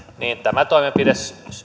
tämä toimenpide